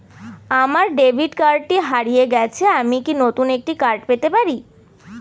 আমার ডেবিট কার্ডটি হারিয়ে গেছে আমি কি নতুন একটি কার্ড পেতে পারি?